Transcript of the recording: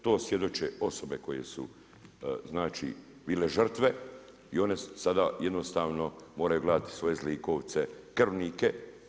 To svjedoče osobe koje su, znači bile žrtve i one sada jednostavno moraju gledati svoje zlikovce, krvnike.